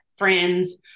friends